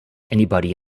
anybody